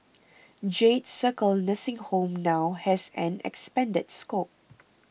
Jade Circle nursing home now has an expanded scope